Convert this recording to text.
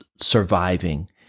surviving